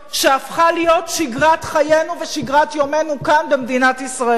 שהפכה להיות שגרת חיינו ושגרת יומנו כאן במדינת ישראל.